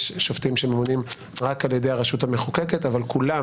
שופטים שממונים רק על ידי הרשות המחוקקת אבל כולם